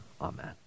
Amen